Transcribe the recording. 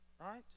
Right